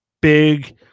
big